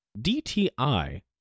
DTI